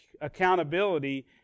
accountability